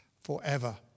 forever